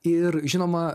ir žinoma